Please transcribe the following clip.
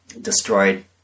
destroyed